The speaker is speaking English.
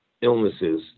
illnesses